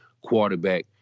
quarterback